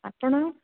ଆପଣ